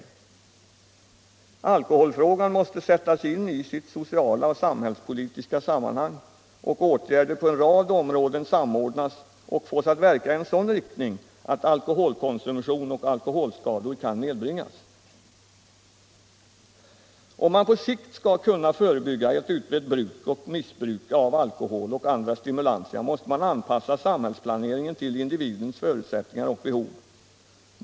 Alkoholfrågan måste sättas in i sitt sociala och samhällspolitiska sammanhang och åtgärder på en rad områden samordnas och fås att verka i en sådan riktning att alkoholkonsumtion och alkoholskador kan nedbringas. Om man på sikt skall kunna förebygga ett utbrett bruk och missbruk av alkohol och andra stimulantia måste man anpassa samhällsplaneringen till individens förutsättningar och behov.